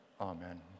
amen